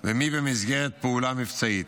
ומי במסגרת פעולה מבצעית.